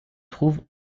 trouve